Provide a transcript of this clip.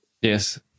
yes